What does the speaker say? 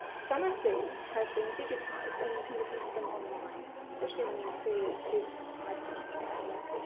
some of these have been digitized and you can listen to them online, especially when you see this icon in the catalogue.